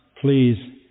please